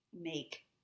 make